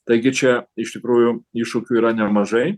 taigi čia iš tikrųjų iššūkių yra nemažai